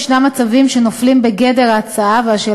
יש מצבים שנופלים בגדר ההצעה ואשר